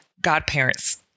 godparents